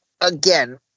again